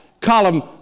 column